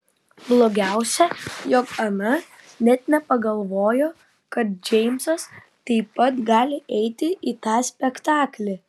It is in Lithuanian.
blogiausia jog ana net nepagalvojo kad džeimsas taip pat gali eiti į tą spektaklį